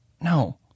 No